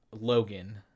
logan